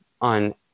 on